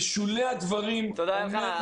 בשולי הדברים --- תודה לך.